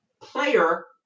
player